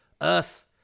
Earth